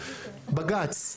בג"ץ,